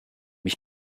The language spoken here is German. ich